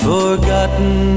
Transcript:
Forgotten